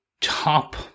top